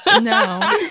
No